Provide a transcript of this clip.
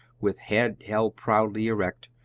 with head held proudly erect,